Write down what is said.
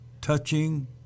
touching